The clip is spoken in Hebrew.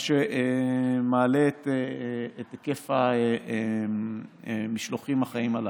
מה שמעלה את היקף המשלוחים החיים הללו.